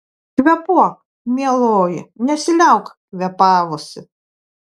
kvėpuok mieloji nesiliauk kvėpavusi